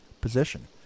position